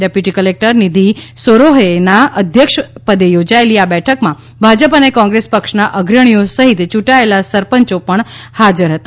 deputy collector Nidhi સોરોહેના અધ્યક્ષ પદેયોજાયેલી આ બેઠકમાં ભાજપ અને કોગ્રેસ પક્ષના અગ્રણીઓ સહિત ચુંટાયેલા સરપંચો અને વોંડ પાર્ષદ પણ હાજર હતા